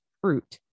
fruit